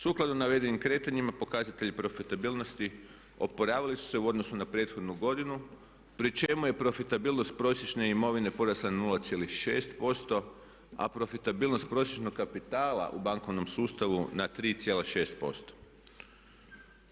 Sukladno navedenim kretanjima pokazatelji profitabilnosti oporavili su se u odnosu na prethodnu godinu pri čemu je profitabilnost prosječne imovine porasla na 0,6% a profitabilnost prosječnog kapitala u bankovnom sustavu na 3,6%